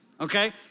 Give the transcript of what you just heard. okay